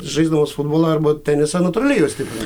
žaisdamas futbolą arba tenisą natūraliai juos stiprini